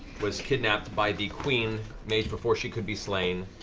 was kidnapped by the queen mage before she could be slain,